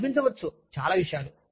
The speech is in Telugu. మీకు అనిపించవచ్చు చాలా విషయాలు